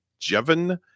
Jevin